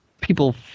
people